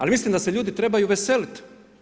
Ali mislim da se ljudi trebaju veseliti.